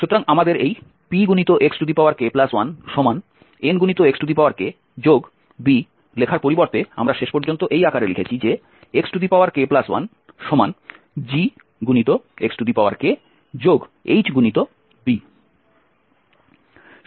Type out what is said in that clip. সুতরাং আমাদের এই Pxk1Nxkb লেখার পরিবর্তে আমরা শেষ পর্যন্ত এই আকারে লিখেছি যে xk1GxHb